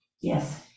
Yes